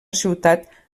ciutat